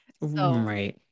Right